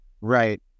Right